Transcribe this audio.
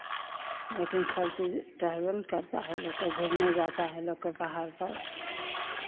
लेकिन सब चीज़ ट्रेवेल करता है लोग के घुरने जाता है लोग के पहाड़ पर